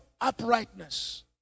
uprightness